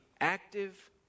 active